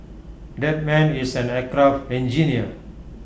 that man is an aircraft engineer